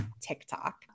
TikTok